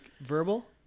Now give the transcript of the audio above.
verbal